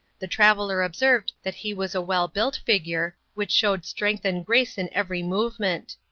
the traveler observed that he was a well-built figure which showed strength and grace in every movement.